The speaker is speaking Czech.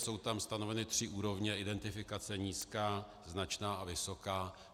Jsou tam stanoveny tři úrovně identifikace nízká, značná a vysoká.